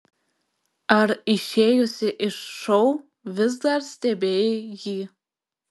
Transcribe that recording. ar išėjusi iš šou vis dar stebėjai jį